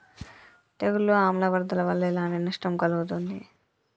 తెగులు ఆమ్ల వరదల వల్ల ఎలాంటి నష్టం కలుగుతది?